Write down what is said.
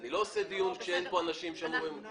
אני לא עושה דיון כשאין כאן אנשים שאמורים להתייחס.